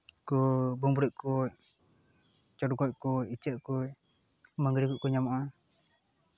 ᱩᱱᱠᱩ ᱵᱩᱢᱵᱽᱲᱩᱡ ᱠᱚ ᱪᱚᱰᱜᱚᱡ ᱠᱚ ᱤᱧᱟᱹᱜ ᱠᱚ ᱢᱟᱹᱜᱽᱨᱤ ᱠᱚᱠᱚ ᱧᱟᱢᱚᱜᱼᱟ